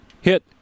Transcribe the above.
hit